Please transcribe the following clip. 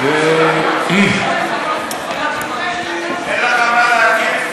אין לך מה להגיד?